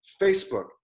Facebook